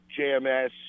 JMS